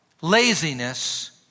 laziness